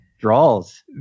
draws